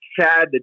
Chad